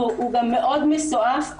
הוא גם מאוד מסועף,